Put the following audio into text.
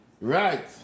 Right